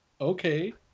Okay